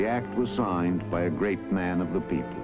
the act was signed by a great man of the people